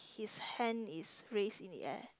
his hand is raised in the air